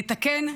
לתקן,